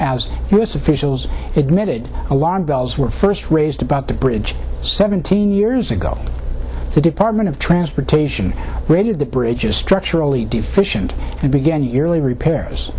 u s officials admitted alarm bells were first raised about the bridge seventeen years ago the department of transportation reviewed the bridge is structurally deficient and began yearly repairs